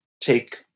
take